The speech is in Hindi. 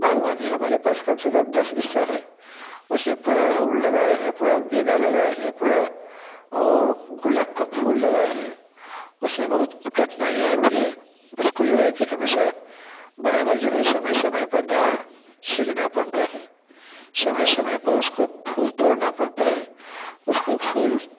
बागवानी हमारे पास कम से कम दस बीस हैं उसमें पूरा गुड़हल लगाए हैं पूरा गेंदा लगाए हैं पूरा वह गुलाब का फूल लगाए हैं उसमें बहुत कठिनाईयाँ आती हैं उसको जो है कि हमेशा बराबर जो है समय समय पर दवा छिड़कना पड़ता है समय समय पर उसके फूल तोड़ना पड़ता है उसको फूल